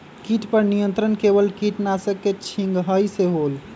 किट पर नियंत्रण केवल किटनाशक के छिंगहाई से होल?